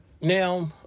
now